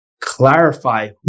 clarify